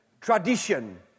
tradition